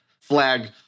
flag